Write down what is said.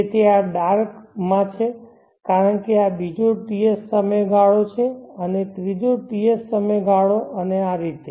તેથી આ ડાર્ક માં છે કારણ કે આ બીજો TS સમયગાળો છે અને ત્રીજો TS સમયગાળો અને આ રીતે